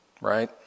Right